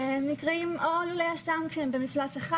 נקראים לולי אסם שהם במפלס אחד,